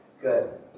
Good